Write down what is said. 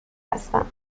هستم